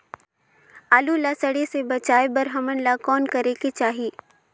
आलू ला सड़े से बचाये बर हमन ला कौन करेके चाही?